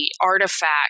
artifact